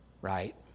right